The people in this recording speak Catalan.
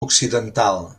occidental